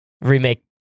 remake